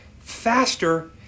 faster